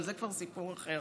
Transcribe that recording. אבל זה כבר סיפור אחר.